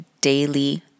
daily